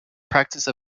practice